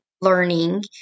learning